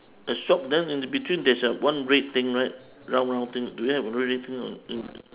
the shop then in the between there's a one red thing right round round thing do you have a red red thing or